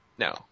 No